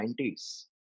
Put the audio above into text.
1990s